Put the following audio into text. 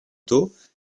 dos